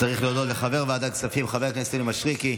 צריך להודות לחבר ועדת הכספים חבר הכנסת יוני מישרקי,